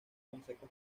concepto